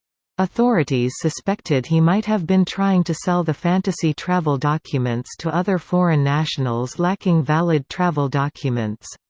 authorities suspected he might have been trying to sell the fantasy travel documents to other foreign nationals lacking valid travel documents.